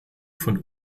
von